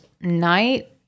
night